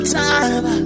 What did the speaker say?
time